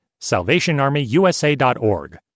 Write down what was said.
SalvationArmyUSA.org